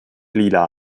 lila